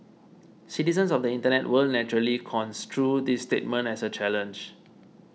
citizens of the Internet will naturally construe this statement as a challenge